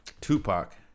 Tupac